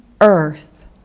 earth